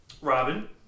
Robin